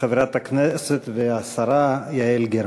חברת הכנסת והשרה יעל גרמן.